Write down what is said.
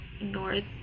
north